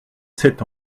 sept